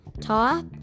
top